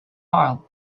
file